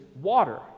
water